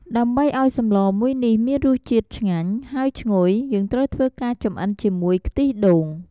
ដើម្បីអោយសម្លមួយនេះមានរសជាតិឆ្ងាញ់ហើយឈ្ងុយយើងត្រូវធ្វើការចំអិនជាមួយ ខ្ទិះដូង។